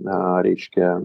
na reikšia